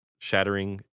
shattering